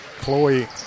Chloe